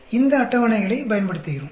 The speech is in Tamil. எனவே இந்த அட்டவணைகளைப் பயன்படுத்துகிறோம்